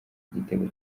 igitego